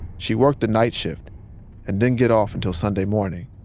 she worked the night shift and didn't get off until sunday morning.